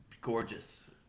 gorgeous